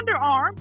underarm